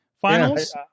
finals